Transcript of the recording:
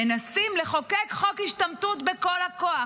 מנסים לחוקק חוק השתמטות בכל הכוח,